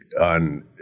on –